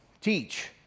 Teach